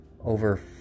over